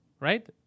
right